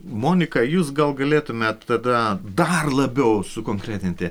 monika jūs gal galėtumėt tada dar labiau sukonkretinti